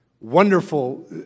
wonderful